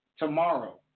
tomorrow